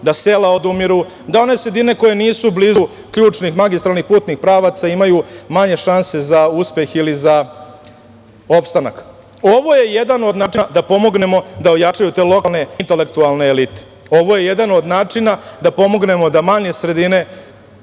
se sela odumiru, da one sredine koje nisu blizu ključnih magistralnih putnih pravaca imaju manje šanse za uspeh i za opstanak. Ovo je jedan od načina da pomognemo da ojačaju te lokalne intelektualne elite. Ovo je jedan od načina da pomognemo da manje sredine